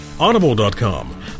Audible.com